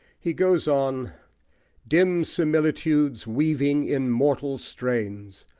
he goes on dim similitudes weaving in mortal strains,